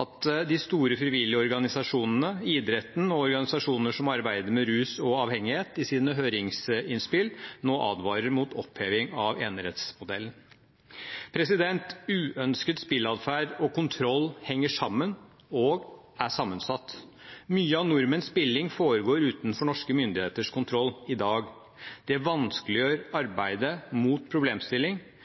at de store frivillige organisasjonene, idretten og organisasjoner som arbeider med rus og avhengighet, i sine høringsinnspill nå advarer mot oppheving av enerettsmodellen. Uønsket spilleatferd og kontroll henger sammen og er sammensatt. Mye av nordmenns spilling foregår utenfor norske myndigheters kontroll i dag. Det vanskeliggjør arbeidet mot